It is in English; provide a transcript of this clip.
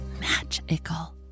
magical